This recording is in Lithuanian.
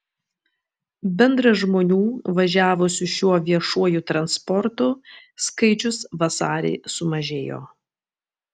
bendras žmonių važiavusių šiuo viešuoju transportu skaičius vasarį sumažėjo